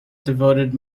devoted